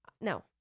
No